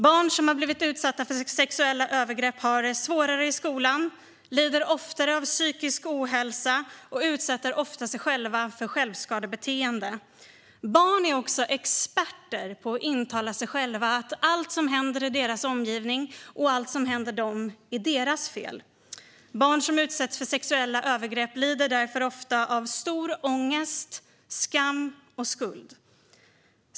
Barn som har blivit utsatta för sexuella övergrepp har det svårare i skolan, lider oftare av psykisk ohälsa och uppvisar ofta självskadebeteende. Barn är också experter på att intala sig själva att allt som händer i deras omgivning och allt som händer dem är deras fel. Barn som utsätts för sexuella övergrepp lider därför ofta av stor ångest, skam och skuld.